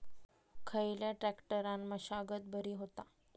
खयल्या ट्रॅक्टरान मशागत बरी होता?